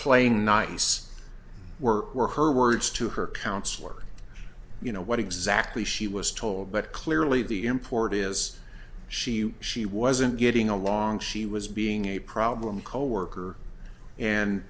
playing nice work were her words to her counselor you know what exactly she was told but clearly the import is she she wasn't getting along she was being a problem coworker and